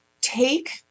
take